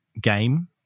game